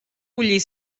bullir